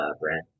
brand